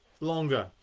longer